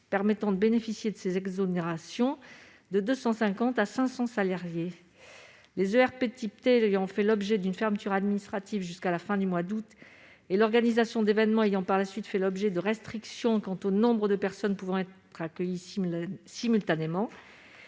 permettant de bénéficier de ces exonérations, de 250 à 500 salariés. Les établissements recevant du public de type T ayant fait l'objet d'une fermeture administrative jusqu'à la fin du mois d'août et l'organisation d'événements ayant par la suite fait l'objet de restrictions quant au nombre de personnes pouvant être accueillies simultanément,